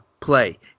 play